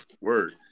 word